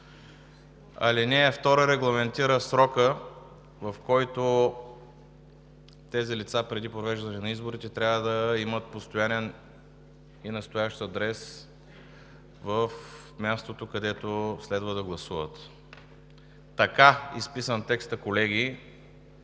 Алинея 2 регламентира срока, в който тези лица преди провеждане на изборите, трябва да имат постоянен и настоящ адрес в мястото, където следва да гласуват. Така изписан текстът, колеги,